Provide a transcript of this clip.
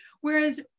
Whereas